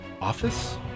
office